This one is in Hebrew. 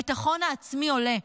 הביטחון העצמי עולה,